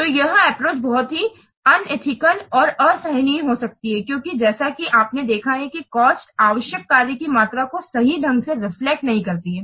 तो यह एप्रोच बहुत ही अनएथिकल और असहनीय हो सकती है क्योंकि जैसा कि आपने देखा है कि कॉस्ट आवश्यक कार्य की मात्रा को सही ढंग से रिफ्लेक्ट नहीं करती हैं